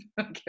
okay